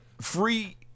Free